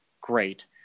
great